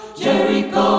Jericho